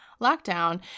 lockdown